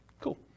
Cool